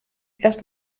erst